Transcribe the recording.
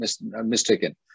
mistaken